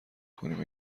کنیم